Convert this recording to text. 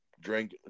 drink